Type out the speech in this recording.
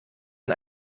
man